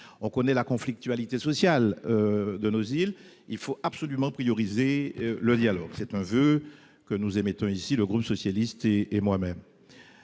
Connaissant la conflictualité sociale de nos îles, il faut absolument prioriser le dialogue. C'est un voeu que nous émettons, le groupe socialiste et